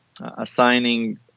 assigning